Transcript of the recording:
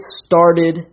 started